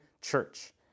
church